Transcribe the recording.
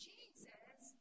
Jesus